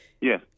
Yes